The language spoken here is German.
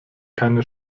keine